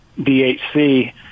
DHC